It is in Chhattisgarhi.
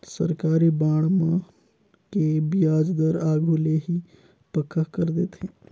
सरकारी बांड मन के बियाज दर आघु ले ही पक्का कर देथे